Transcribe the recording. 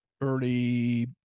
early